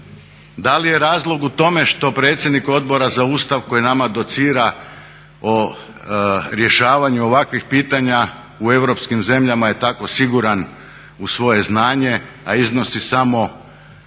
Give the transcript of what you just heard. Da li je razlog u tome što predsjednik Odbora za Ustav koji nama docira o rješavanju ovakvih pitanja u europskim zemljama je tako siguran u svoje znanje, a iznosi samo